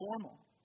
formal